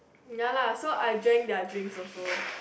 ya lah so I join their drink also